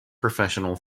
professional